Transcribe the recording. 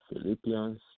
Philippians